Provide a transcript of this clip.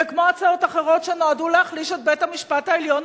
וכמו הצעות אחרות שנועדו להחליש את בית-המשפט העליון,